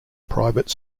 private